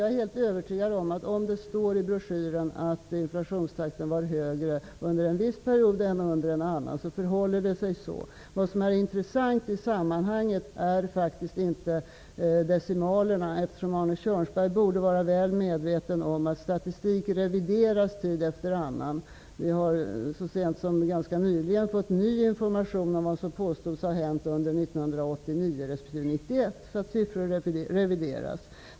Jag är helt övertygad om, att om det står i broschyren att inflationstakten var högre under en viss period än under en annan, förhåller det sig så. Det intressanta i sammanhanget är inte decimalerna. Arne Kjörnsberg borde vara väl medveten om att statistik revideras tid efter annan. Vi har ganska nyligen fått ny information om vad som påstods ha hänt under 1989 respektive 1991.